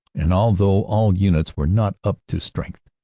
and although all units were not up to strength,